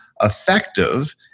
effective